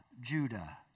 Judah